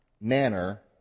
manner